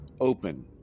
open